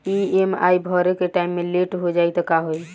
EMI भरे के time मे लेट हो जायी त का होई?